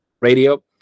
radio